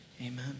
Amen